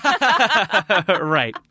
Right